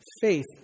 faith